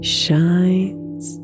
shines